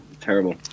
Terrible